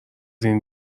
این